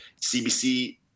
CBC